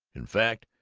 in fact,